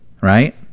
Right